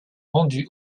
vendue